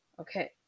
okay